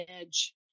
edge